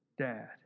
dad